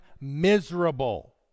miserable